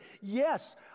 Yes